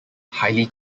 highly